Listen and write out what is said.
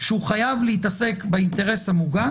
יבין שהוא חייב להתעסק באינטרס המוגן